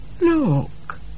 look